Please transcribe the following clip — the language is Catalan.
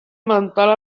mental